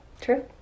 True